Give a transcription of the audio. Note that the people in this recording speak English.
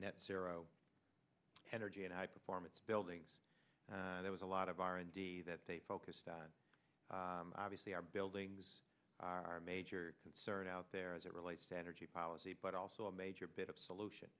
net sero energy and i perform its buildings there was a lot of r and d that they focused on obviously our buildings are major concerns out there as it relates to energy policy but also a major bit of solution